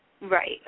Right